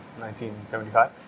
1975